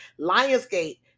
Lionsgate